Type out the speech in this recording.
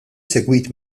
segwit